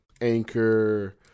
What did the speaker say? Anchor